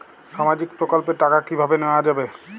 সামাজিক প্রকল্পের টাকা কিভাবে নেওয়া যাবে?